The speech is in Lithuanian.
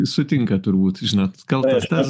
sutinkat turbūt žinot kaltas tas